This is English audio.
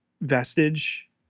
vestige